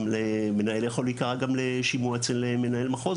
מנהל יכול להיקרא גם לשימוע אצל מנהל מחוז,